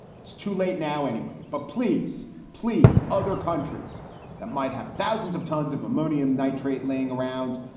it's too late now anyway. but please, please. other countries that might have thousands of tons of ammonium nitrate laying around,